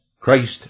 Christ